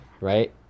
right